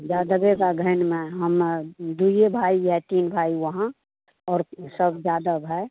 जादव का घेेन में हम दुईये भाई या तीन भाई वहाँ और सब जादब है